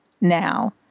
now